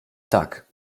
tak